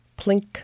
plink